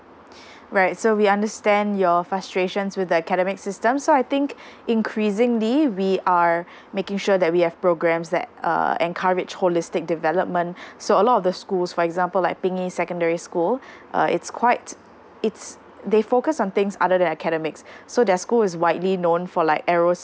right so we understand your frustrations with the academic system so I think increasingly we are making sure that we have programmes that uh encourage holistic development so a lot of the schools for example like secondary school uh it's quite it's they focus on things other than academics so their school is widely known for like aero